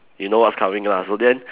you know what's coming lah so then